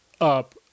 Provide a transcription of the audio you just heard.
up